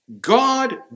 God